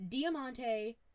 Diamante